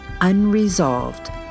Unresolved